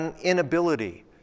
inability